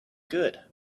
good